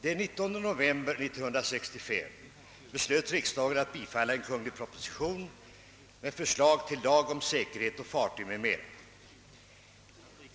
Den 10 november 1965 beslöt riksdagen att bifalla en proposition med förslag till lag om säkerheten på fartyg.